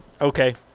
Okay